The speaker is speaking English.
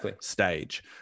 stage